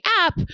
app